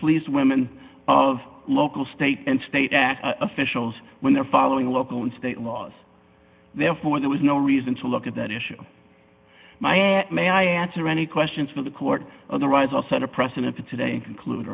police women of local state and state act officials when they're following local and state laws therefore there was no reason to look at that issue my and may i answer any questions from the court otherwise i'll set a precedent today conclude